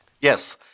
yes